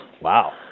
Wow